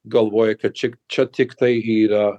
galvoja kad čia čia tiktai yra